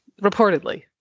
reportedly